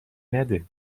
نده